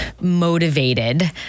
motivated